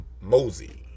Mosey